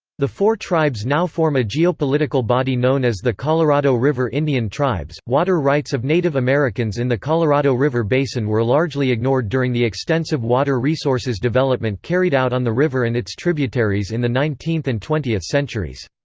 the four tribes now form a geopolitical body known as the colorado river indian tribes water rights of native americans in the colorado river basin were largely ignored during the extensive water resources development carried out on the river and its tributaries in the nineteenth and twentieth centuries.